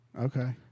Okay